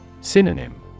Synonym